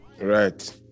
Right